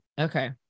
Okay